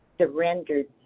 surrendered